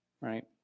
Right